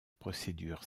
procédure